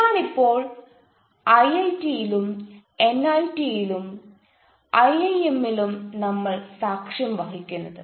ഇതാണ് ഇപ്പോൾ ഐഐടിയിലും എൻഐടിയിലും ഐഐഎമ്മിലും നമ്മൾ സാക്ഷ്യം വഹിക്കുന്നത്